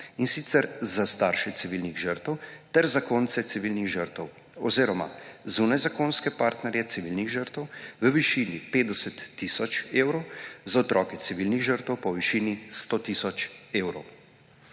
in sicer za starše civilnih žrtev ter zakonce civilnih žrtev oziroma zunajzakonske partnerje civilnih žrtev v višini 50 tisoč evrov, za otroke civilnih žrtev pa v višini 100 tisoč evrov.